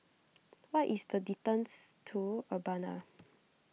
what is the distance to Urbana